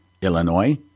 Illinois